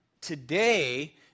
today